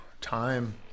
time